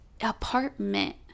apartment